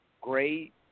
Great